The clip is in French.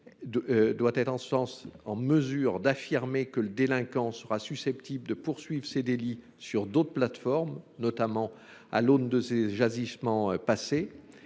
doit être en mesure d’affirmer que le délinquant sera susceptible de poursuivre ces délits sur d’autres plateformes, notamment à l’aune de ses agissements passés